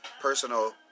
personal